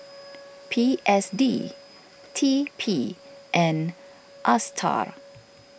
P S D T P and Astar